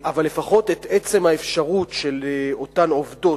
אבל לפחות את עצם האפשרות של אותן עובדות,